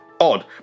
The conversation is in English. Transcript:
odd